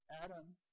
Adam